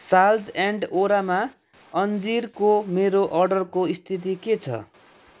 साल्ज and Aroma अन्जीर को मेरो अर्डरको स्थिति के छ